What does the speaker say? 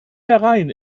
herein